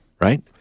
right